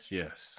yes